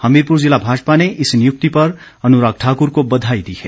हमीरपुर ज़िला भाजपा ने इस नियुक्ति पर अनुराग ठाकुर को बधाई दी है